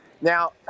Now